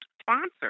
sponsor